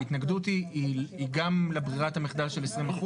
ההתנגדות היא גם לברירת המחדל של 20%,